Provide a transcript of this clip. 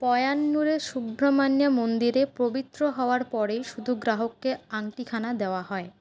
পয়্যান্নুরের সুব্রাহ্মণ্য মন্দিরে পবিত্র হওয়ার পরেই শুধু গ্রাহককে আংটিখানা দেওয়া হয়